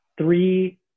three